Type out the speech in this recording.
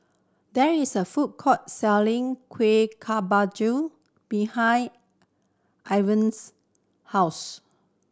there is a food court selling Kueh Kemboja behind Iven's house